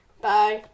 bye